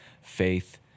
faith